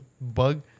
bug